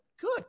good